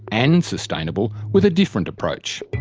and sustainable, with a different approach.